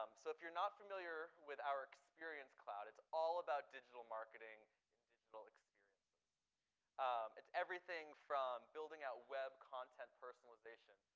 um so if you're not familiar with our experience cloud, it's all about digital marketing and digital it's everything from building out web content personalization,